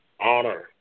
honor